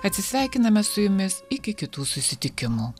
atsisveikiname su jumis iki kitų susitikimų